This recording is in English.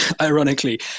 ironically